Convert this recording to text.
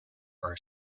are